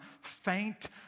faint